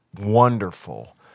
wonderful